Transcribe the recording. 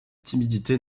timidité